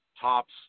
Tops